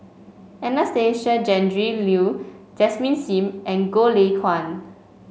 Anastasia Tjendri Liew Desmond Sim and Goh Lay Kuan